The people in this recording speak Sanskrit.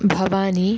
भवानी